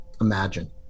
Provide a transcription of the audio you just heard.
imagine